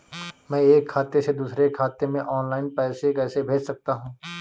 मैं एक खाते से दूसरे खाते में ऑनलाइन पैसे कैसे भेज सकता हूँ?